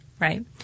Right